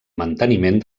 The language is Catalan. manteniment